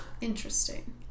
Interesting